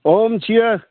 अ मिनथियो